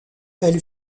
elle